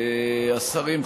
השרים,